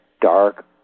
dark